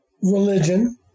religion